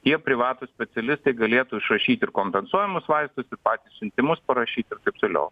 tie privatūs specialistai galėtų išrašyt ir kompensuojamus vaistus patys siuntimus parašyt ir taip toliau